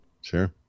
Sure